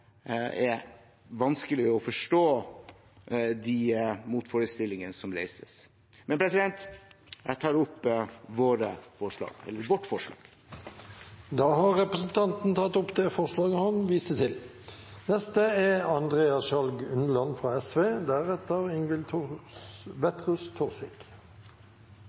er vanskelig å forstå de motforestillingene som reises. Jeg tar opp vårt forslag. Da har representanten Per-Willy Amundsen tatt opp det forslaget han refererte til. Stemmeretten er